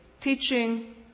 teaching